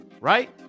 Right